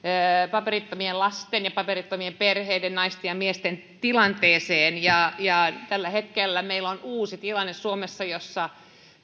paperittomien lasten ja paperittomien perheiden naisten ja miesten tilanteeseen tällä hetkellä meillä on uusi tilanne suomessa kun on jo